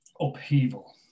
upheaval